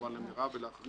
כמובן למירב כהן ולאחרים,